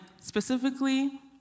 specifically